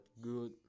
good